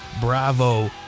Bravo